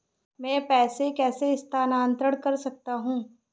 मैं पैसे कैसे स्थानांतरण कर सकता हूँ?